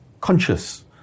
conscious